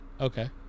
Okay